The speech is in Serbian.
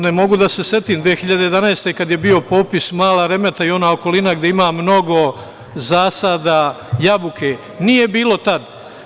Ne mogu da se setim 2011. kad je bio popis Mala Remeta i ona okolina gde ima mnogo zasada jabuke, nije je bilo tad.